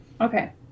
Okay